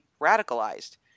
radicalized